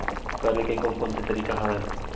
करे के कोन कोन से तरीका हवय?